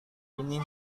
ini